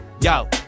yo